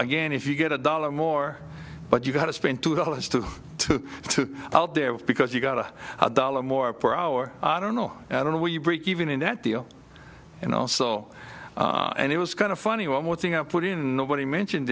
again if you get a dollar more but you got to spend two dollars to two to help there because you got a dollar more per hour i don't know i don't know where you break even in that deal and also and it was kind of funny one more thing up put in nobody mentioned